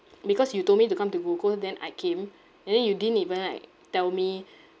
because you told me to come to gold coast then I came and then you didn't even like tell me